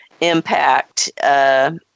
impact